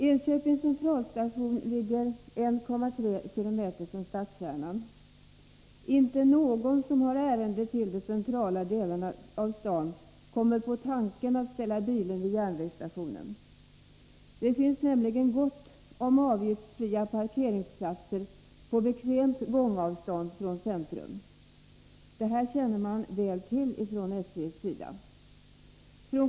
Enköpings centralstation ligger 1,3 km från stadskärnan. Inte någon som har ärende till de centrala delarna av staden kommer på tanken att ställa bilen vid järnvägsstationen. Det finns nämligen gott om avgiftsfria parkeringsplatser på bekvämt gångavstånd från centrum. Detta känner SJ väl till.